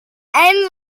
ends